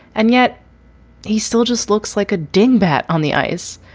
and yet he still just looks like a dingbat on the ice.